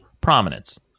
prominence